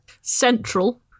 Central